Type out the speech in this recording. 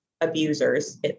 abusers